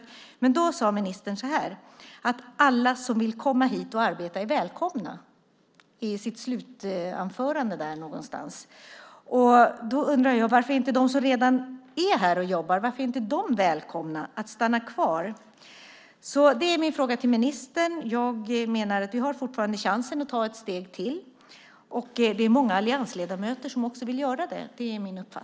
I sitt sista inlägg i den debatten sade ministern att alla som vill komma hit och arbeta är välkomna. Därför undrar jag varför inte de som redan befinner sig här och jobbar är välkomna att stanna kvar. Det är min fråga till ministern. Jag menar att vi fortfarande har möjlighet att ta ett steg till. Min uppfattning är att även många alliansledamöter vill göra det.